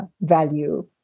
value